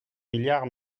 milliards